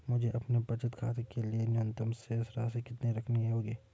मुझे अपने बचत खाते के लिए न्यूनतम शेष राशि कितनी रखनी होगी?